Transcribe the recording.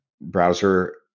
browser